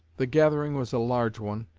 the gathering was a large one,